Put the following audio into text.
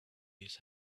his